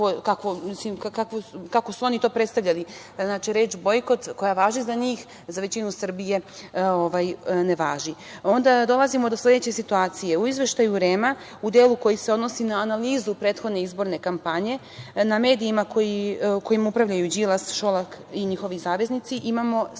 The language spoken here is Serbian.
kako su oni to predstavili, koja važi za njih, za većinu Srbije ne važi. Dolazimo do sledeće situacije. U izveštaju REM-a, u delu koji se odnosi na analizu prethodne izborne kampanje, na medijima kojim upravljaju Đilas, Šolak i njihovi saveznici imamo sledeće